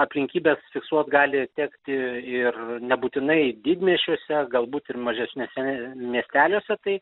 aplinkybes fiksuot gali tekti ir nebūtinai didmiesčiuose galbūt ir mažesniuose miesteliuose tai